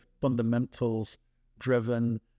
fundamentals-driven